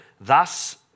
Thus